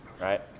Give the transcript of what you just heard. Right